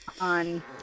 on